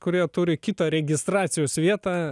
kurie turi kitą registracijos vietą